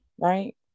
right